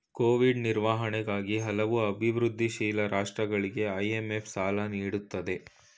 Covid ನಿರ್ವಹಣೆಗಾಗಿ ಹಲವು ಅಭಿವೃದ್ಧಿಶೀಲ ರಾಷ್ಟ್ರಗಳಿಗೆ ಐ.ಎಂ.ಎಫ್ ಸಾಲ ನೀಡುತ್ತಿದೆ